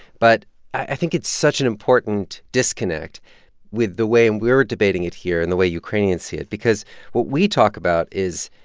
but i think it's such an important disconnect with the way and we're debating it here and the way ukrainians see it because what we talk about is,